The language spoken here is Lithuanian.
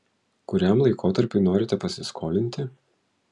kuriam laikotarpiui norite pasiskolinti